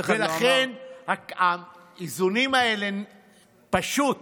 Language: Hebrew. לכן האיזונים האלה פשוט